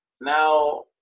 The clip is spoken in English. Now